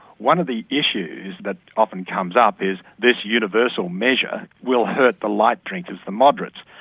one of the issues that often comes up is this universal measure will hurt the light drinkers, the moderates,